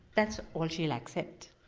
that's all she'll accept.